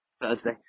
Thursday